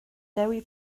dewi